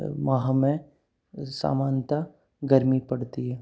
माह में सामान्यतः गर्मी पड़ती है